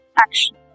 action